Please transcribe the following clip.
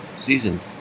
seasons